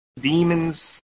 demons